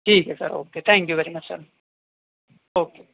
ٹھیک ہے sir okay thank you very much sir okay